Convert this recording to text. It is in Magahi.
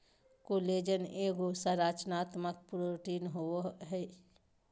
कोलेजन एगो संरचनात्मक प्रोटीन होबैय हइ